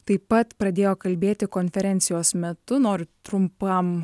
taip pat pradėjo kalbėti konferencijos metu noriu trumpam